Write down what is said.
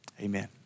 Amen